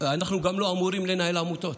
אנחנו גם לא אמורים לנהל עמותות.